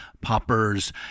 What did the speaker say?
poppers